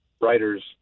writers